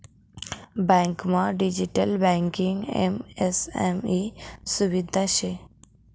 बँकमा digital banking MSME सुविधा शे